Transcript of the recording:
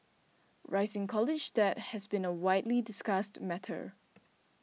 rising college debt has been a widely discussed matter